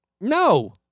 no